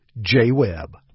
J-Webb